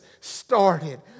started